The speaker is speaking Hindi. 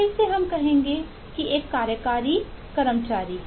फिर से हम कहेंगे कि एक कार्यकारी कर्मचारी है